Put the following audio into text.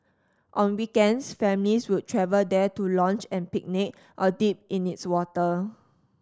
on weekends families would travel there to lounge and picnic or dip in its water